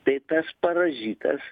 tai tas parazitas